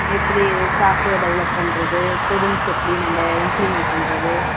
எப்படி software develop பண்ணுறது codings எப்படி நம்ம இம்ப்ளிமென்ட் பண்ணுறது